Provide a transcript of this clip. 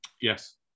Yes